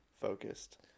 focused